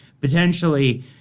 potentially